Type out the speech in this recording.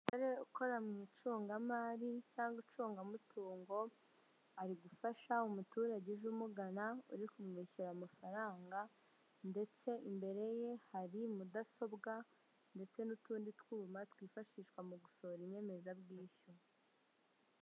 umugore ukora mu icungamari cyangwa icungamutungo ari gufasha umuturage uje umugana uri kumwishyura amafaranga ndetse imbere ye hari mudasobwa ndetse n'utundi tw'uma twifashishwa mu gusohora inyemezabwishyu.